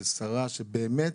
זו שרה שבאמת